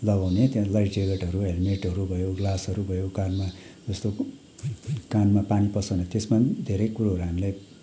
लगाउने त्यहाँ लाइफ ज्याकेटहरू हेल्मेटहरू भयो ग्लासहरू भयो कानमा जस्तो कानमा पानी पस्छ भनेर त्यसमा पनि धेरै कुरोहरू हामीलाई